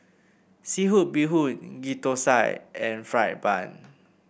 seafood Bee Hoon Ghee Thosai and fried bun